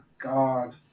god